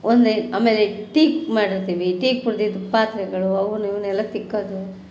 ಒಂದೇ ಆಮೇಲೆ ಟೀ ಮಾಡಿರ್ತೀವಿ ಟೀ ಕುಡ್ದಿದ್ದ ಪಾತ್ರೆಗಳು ಅವನ್ನು ಇವುನ್ನೆಲ್ಲ ತಿಕ್ಕೋದು